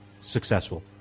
successful